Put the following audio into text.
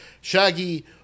Shaggy